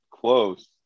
close